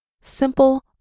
simple